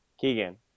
Keegan